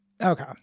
Okay